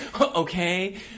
Okay